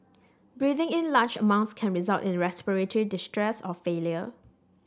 breathing in large amounts can result in respiratory distress or failure